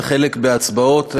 וחלק בהצבעות,